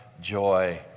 joy